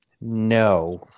No